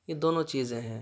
یہ دونوں چیزیں ہیں